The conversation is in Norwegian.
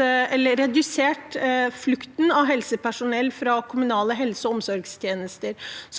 ha redusert flukten av helsepersonell fra kommunale helse- og omsorgstjenester.